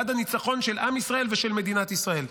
עד הניצחון של עם ישראל ושל מדינת ישראל.